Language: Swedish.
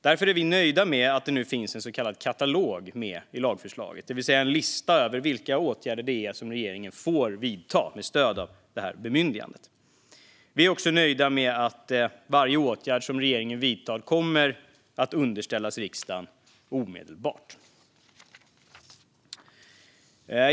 Därför är vi nöjda med att det nu finns en så kallad katalog med i lagförslaget, det vill säga en lista över vilka åtgärder regeringen får vidta med stöd av detta bemyndigande. Vi är också nöjda med att varje åtgärd som regeringen vidtar kommer att underställas riksdagen omedelbart.